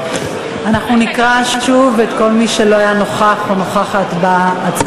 אנחנו נקרא שוב את שמות כל מי שלא היה נוכח או נוכחת בהצבעה.